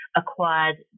acquired